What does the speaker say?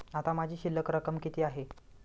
आता माझी शिल्लक रक्कम किती आहे?